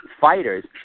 fighters